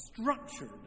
structured